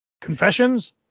Confessions